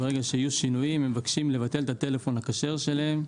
כדי שברגע שיהיו שינויים הם מבקשים לבטל את הטלפון הכשר שלהם.